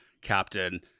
captain